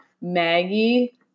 Maggie